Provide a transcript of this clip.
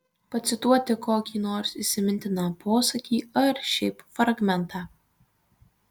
pacituoti kokį nors įsimintiną posakį ar šiaip fragmentą